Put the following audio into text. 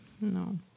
No